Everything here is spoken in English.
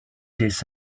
this